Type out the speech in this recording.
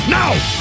now